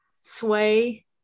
Sway